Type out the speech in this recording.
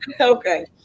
Okay